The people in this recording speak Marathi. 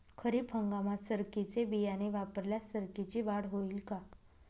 खरीप हंगामात सरकीचे बियाणे वापरल्यास सरकीची वाढ होईल का?